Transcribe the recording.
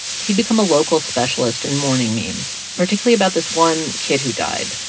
he'd become a local specialist in mourning memes, particularly about this one kid who died,